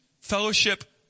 fellowship